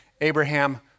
Abraham